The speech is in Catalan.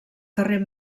carrer